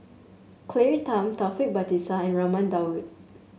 Claire Tham Taufik Batisah and Raman Daud